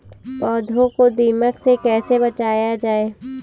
पौधों को दीमक से कैसे बचाया जाय?